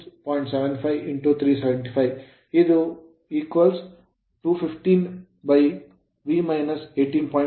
ಇದನ್ನು ಪರಿಹರಿಸಲಾಗಿದೆ V 350